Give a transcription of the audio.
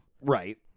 Right